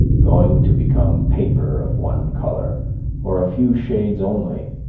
going to become paper of one color or a few shades only,